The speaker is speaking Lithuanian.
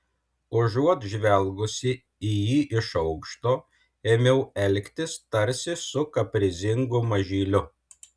užuot žvelgusi į jį iš aukšto ėmiau elgtis tarsi su kaprizingu mažyliu